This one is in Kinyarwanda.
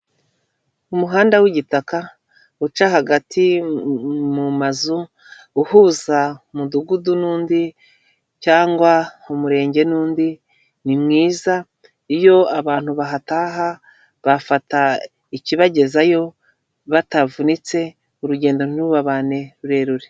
Umuhanda w'igitaka uca hagati mu mazu, uhuza umudugudu n'undi cyangwa umurenge n'undi ni mwiza, iyo abantu bahataha bafata ikibagezayo batavunitse urugendo ntirubabane rurerure.